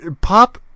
pop